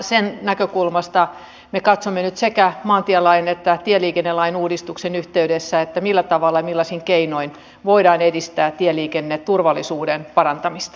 sen näkökulmasta me katsomme nyt sekä maantielain että tieliikennelain uudistuksen yhteydessä millä tavalla millaisin keinoin voidaan edistää tieliikenneturvallisuuden parantamista